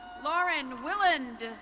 lauren willand.